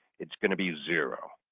it's going to be zero.